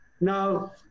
Now